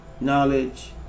knowledge